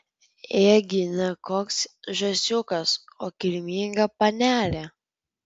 ėgi ne koks žąsiukas o kilminga panelė